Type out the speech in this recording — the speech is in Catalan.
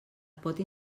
pot